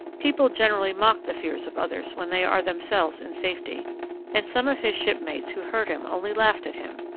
people generally mock the fears of others when they are themselves in safety and some of his shipmates who heard him only laughed at him.